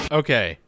okay